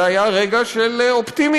זה היה רגע של אופטימיות.